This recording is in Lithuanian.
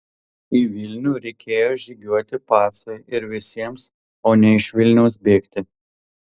į vilnių reikėjo žygiuoti pacui ir visiems o ne iš vilniaus bėgti